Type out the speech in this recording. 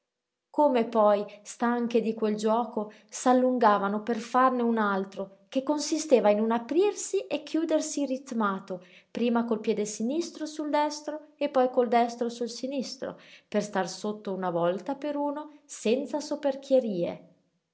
come poi stanche di quel giuoco s'allungavano per farne un altro che consisteva in un aprirsi e chiudersi ritmato prima col piede sinistro sul destro e poi col destro sul sinistro per star sotto una volta per uno senza